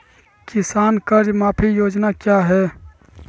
किसान कर्ज माफी योजना क्या है?